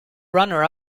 runner